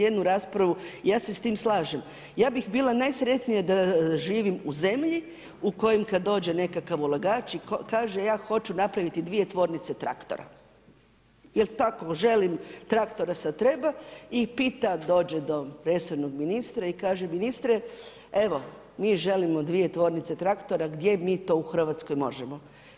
Ja se s tim slažem, ja bih bila najsretnija da živim u zemlji u kojoj kad dođe nekakav ulagač i kaže „ja hoću napraviti dvije tvornice traktora jer tako želim, traktora sad treba“ i dođe do resornog ministra i kaže „ministre, evo mi želimo dvije tvornice traktora, gdje mi to u Hrvatskoj možemo?